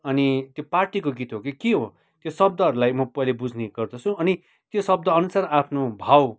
अनि त्यो पार्टीको गीत हो कि के हो त्यो शब्दहरूलाई मो पहिले बुझ्ने गर्दछु अनि त्यो शब्द अनुसार आफ्नो भाव